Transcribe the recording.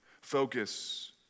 focus